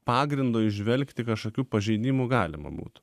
pagrindo įžvelgti kažkokių pažeidimų galima būtų